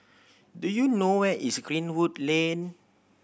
do you know where is Greenwood Lane